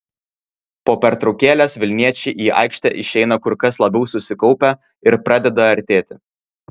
po pertraukėlės vilniečiai į aikštę išeina kur kas labiau susikaupę ir pradeda artėti